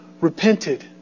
repented